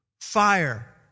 fire